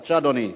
בבקשה, אדוני.